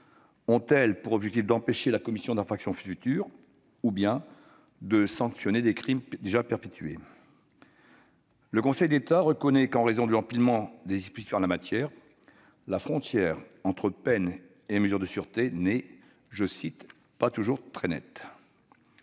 Ont-elles pour objectif d'empêcher la commission d'infractions futures ou bien de sanctionner les crimes déjà perpétrés ? Le Conseil d'État reconnaît que, en raison de l'empilement des dispositifs en la matière, la frontière entre peine et mesure de sûreté n'est « pas toujours nette ».